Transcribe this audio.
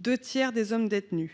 deux tiers des hommes détenus.